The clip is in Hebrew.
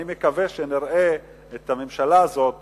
אני מקווה שנראה את הממשלה הזאת